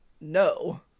no